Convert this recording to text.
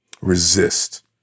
Resist